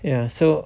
ya so